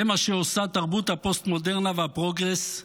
זה מה שעושה תרבות הפוסט-מודרנה והפרוגרס,